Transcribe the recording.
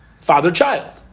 father-child